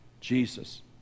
Jesus